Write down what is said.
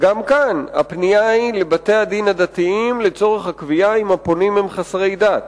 גם כאן הפנייה היא לבתי-הדין הדתיים לצורך הקביעה אם הפונים הם חסרי דת,